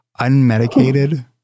unmedicated